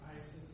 ISIS